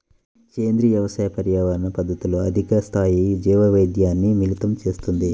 సేంద్రీయ వ్యవసాయం పర్యావరణ పద్ధతులతో అధిక స్థాయి జీవవైవిధ్యాన్ని మిళితం చేస్తుంది